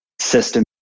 system